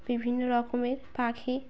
বিভিন্ন রকমের পাখি